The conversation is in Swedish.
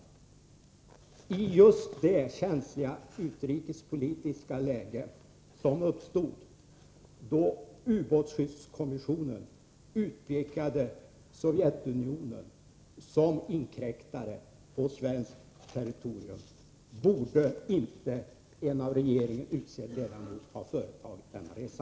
I just det känsliga utrikespolitiska läge som uppstod då ubåtsskyddskommissionen utpekade Sovjetunionen som inkräktare på svenskt territorium borde inte en av regeringen utsedd ledamot ha företagit denna resa.